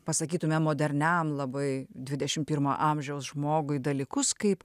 pasakytume moderniam labai dvidešim pirmo amžiaus žmogui dalykus kaip